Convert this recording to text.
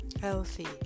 healthy